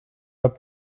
what